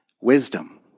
Wisdom